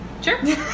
Sure